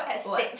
what